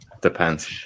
depends